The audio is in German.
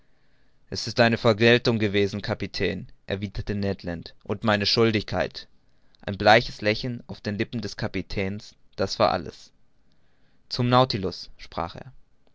es ist eine vergeltung gewesen kapitän erwiderte ned land und meine schuldigkeit ein bleiches lächeln auf den lippen des kapitäns das war alles zum nautilus sprach er